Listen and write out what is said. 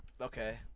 okay